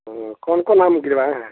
कौन कौन आम गिरवाये हैं